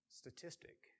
statistic